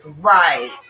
Right